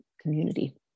community